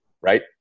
right